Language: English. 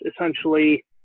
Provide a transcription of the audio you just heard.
essentially